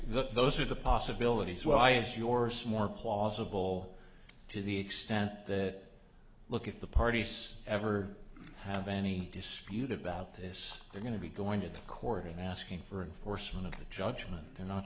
those are the possibilities why is your smore plausible to the extent that look at the parties ever have any dispute about this they're going to be going to the court and asking for an foresman of the judgement they're not